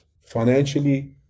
Financially